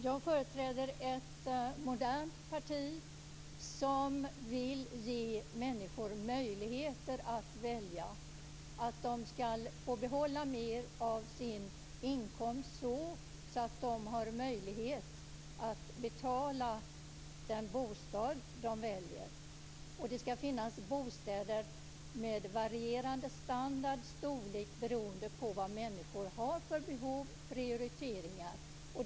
Jag företräder ett modernt parti som vill ge människor möjligheter att välja. Och de ska få behålla mer av sin inkomst, så att de har möjlighet att betala den bostad som de väljer. Det ska finnas bostäder av varierande standard och storlek, beroende på vad människor har för behov och prioriteringar.